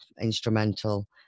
instrumental